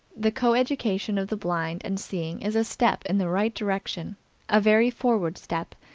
the coeducation of the blind and seeing is a step in the right direction a very forward step,